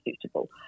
suitable